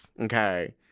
okay